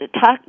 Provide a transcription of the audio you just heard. Talk